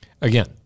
Again